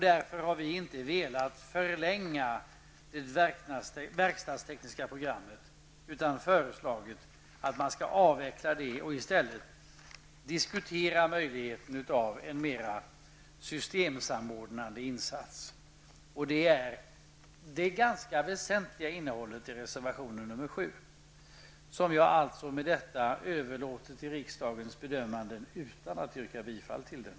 Därför vill vi inte att det verkstadstekniska programmet skall förlängas, utan vi har föreslagit att det skall avvecklas. I stället bör man diskutera möjligheten av en mera systemsamordnande insats. Detta är det väsentliga innehållet i reservation nr 7, som jag med det anförda överlåter till riksdagens bedömande utan att jag yrkar bifall till den.